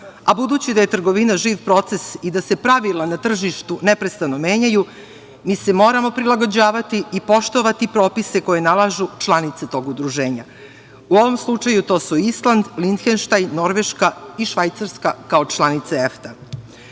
a budući da je trgovina živ proces i da se pravila na tržištu neprestano menjaju, mi se moramo prilagođavati i poštovati propise koje nalažu članice tog udruženja. U ovom slučaju to su Island, Linhenštajn, Norveška i Švajcarska kao članice EFTA.Zašto